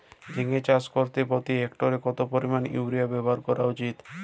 ঝিঙে চাষ করতে প্রতি হেক্টরে কত পরিমান ইউরিয়া ব্যবহার করা উচিৎ?